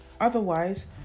otherwise